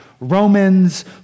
Romans